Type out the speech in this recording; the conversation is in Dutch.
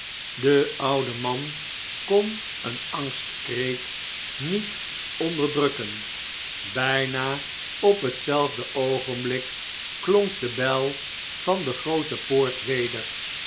de oude man kon een angstkreet niet onderdrukken bijna op hetzelfde oogenblik klonk de bel van de groote poort weder